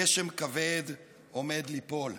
גשם כבד עומד ליפול".